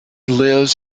lives